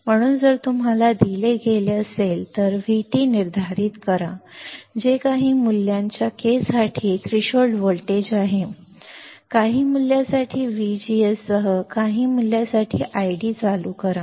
म्हणून जर तुम्हाला दिले गेले असेल तर VT निर्धारित करा जे काही मूल्याच्या K साठी थ्रेशोल्ड व्होल्टेज आहे काही मूल्यासाठी VGS सह काही मूल्यासाठी ID चालू करा